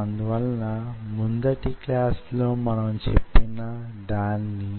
అందువలన అది వొక దగ్గరగా ఉన్న వస్తువు దాని